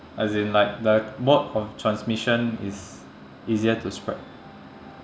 as in like the mode of transmission is easier to spread